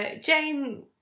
Jane